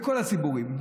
בכל הציבורים,